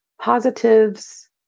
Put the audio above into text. positives